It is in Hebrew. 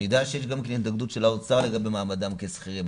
אני יודע גם את ההתנגדות של האוצר למעמדם כשכירים,